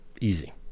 Easy